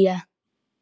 į ją